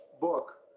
book